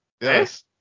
yes